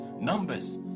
numbers